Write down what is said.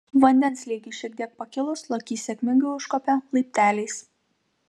vandens lygiui šiek tiek pakilus lokys sėkmingai užkopė laipteliais